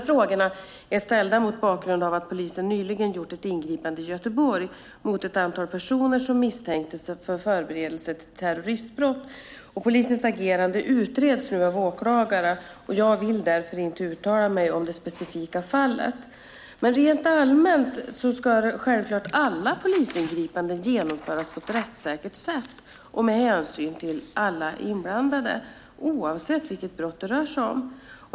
Frågorna är ställda mot bakgrund av att polisen nyligen gjort ett ingripande i Göteborg mot ett antal personer som misstänktes för förberedelse till terroristbrott. Polisens agerande utreds nu av åklagare, och jag vill därför inte uttala mig om det specifika fallet. Rent allmänt ska självklart alla polisingripanden genomföras på ett rättssäkert sätt och med hänsyn till alla inblandande, oavsett vilket brott det rör sig om.